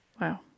Wow